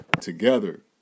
Together